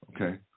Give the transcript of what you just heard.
okay